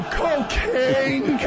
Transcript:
cocaine